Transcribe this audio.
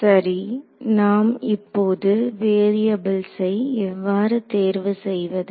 சரி நாம் இப்போது வேரியபுல்ஸை எவ்வாறு தேர்வு செய்வது